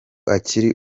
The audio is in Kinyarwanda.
akiri